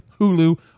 Hulu